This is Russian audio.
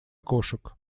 кошек